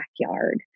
backyard